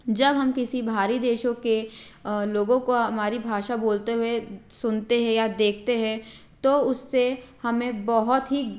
जब हम किसी बाहरी देशों के लोगों को हमारी भाषा बोलते हुए सुनते हैं या देखते हैं तो उससे हमें बहुत ही